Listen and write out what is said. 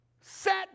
set